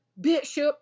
bishop